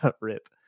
Rip